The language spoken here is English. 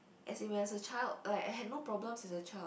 as in when was a child like I had no problem as a child